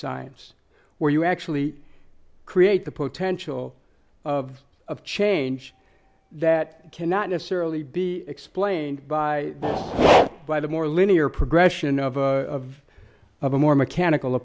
science where you actually create the potential of of change that cannot necessarily be explained by by the more linear progression of a of a more cannibal